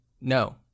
No